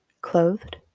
clothed